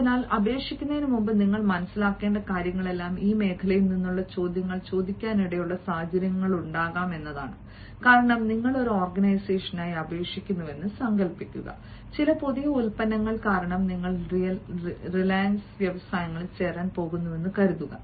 അതിനാൽ അപേക്ഷിക്കുന്നതിന് മുമ്പ് നിങ്ങൾ മനസിലാക്കേണ്ട കാര്യങ്ങളെല്ലാം ഈ മേഖലകളിൽ നിന്നുള്ള ചോദ്യങ്ങൾ ചോദിക്കാനിടയുള്ള സാഹചര്യങ്ങളുണ്ടാകാം കാരണം നിങ്ങൾ ഒരു ഓർഗനൈസേഷനായി അപേക്ഷിക്കുന്നുവെന്ന് സങ്കൽപ്പിക്കുക ചില പുതിയ ഉൽപ്പന്നങ്ങൾ കാരണം നിങ്ങൾ റിലയൻസ് വ്യവസായങ്ങളിൽ ചേരാൻ പോകുന്നുവെന്ന് കരുതുക